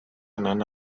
anant